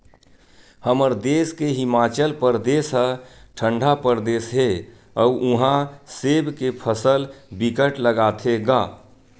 हमर देस के हिमाचल परदेस ह ठंडा परदेस हे अउ उहा सेब के फसल बिकट लगाथे गा